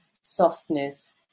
softness